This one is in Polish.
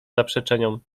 zaprzeczeniom